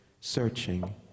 searching